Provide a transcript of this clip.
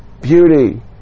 beauty